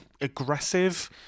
aggressive